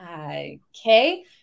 okay